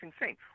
insane